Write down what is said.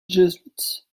jesuits